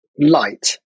light